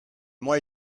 mois